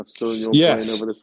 Yes